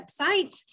website